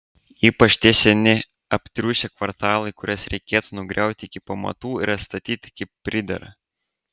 ypač tie seni aptriušę kvartalai kuriuos reikėtų nugriauti iki pamatų ir atstatyti kaip pridera